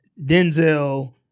Denzel